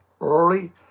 early